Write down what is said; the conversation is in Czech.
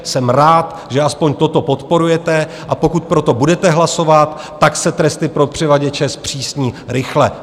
Jsem rád, že aspoň toto podporujete, a pokud pro to budete hlasovat, tak se tresty pro převaděče zpřísní rychle.